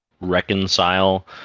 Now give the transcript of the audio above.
Reconcile